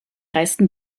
reisten